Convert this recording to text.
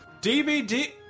DVD